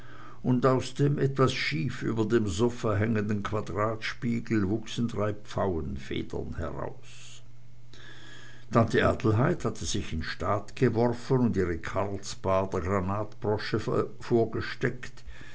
und aus dem etwas schief über dem sofa hängenden quadratspiegel wuchsen drei pfauenfedern heraus tante adelheid hatte sich in staat geworfen und ihre karlsbader granatbrosche vorgesteckt